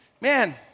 man